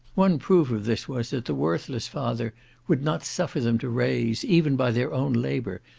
one proof of this was, that the worthless father would not suffer them to raise, even by their own labour,